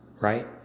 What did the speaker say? right